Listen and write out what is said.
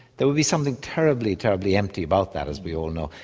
there would be something terribly, terribly empty about that, as we all know.